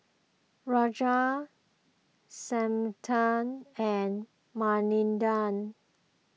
Razia Santha and Manindra